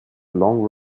long